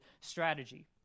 strategy